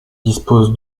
dispose